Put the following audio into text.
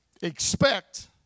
Expect